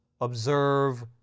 observe